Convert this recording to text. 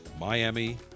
Miami